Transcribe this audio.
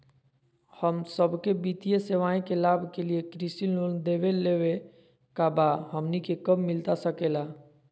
हम सबके वित्तीय सेवाएं के लाभ के लिए कृषि लोन देवे लेवे का बा, हमनी के कब मिलता सके ला?